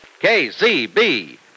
KCB